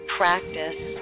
practice